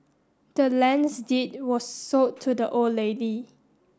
the land's deed was sold to the old lady